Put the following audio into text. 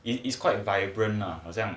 it is quite vibrant lah 好像